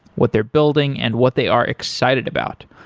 what they're building and what they are excited about.